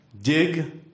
Dig